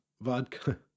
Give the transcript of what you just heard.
Vodka